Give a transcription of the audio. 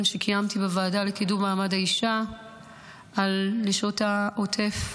שקיימתי בוועדה לקידום מעמד האישה על נשות העוטף,